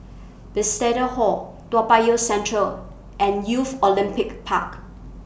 Bethesda Hall Toa Payoh Central and Youth Olympic Park